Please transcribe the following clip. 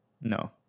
No